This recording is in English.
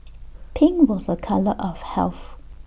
pink was A colour of health